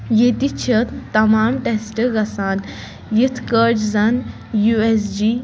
ییٚتہِ چھِ تمام ٹیسٹ گژھان یِتھۍ کٲٹھۍ زَن یو ایس جی